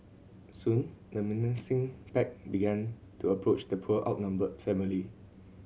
soon the menacing pack began to approach the poor outnumbered family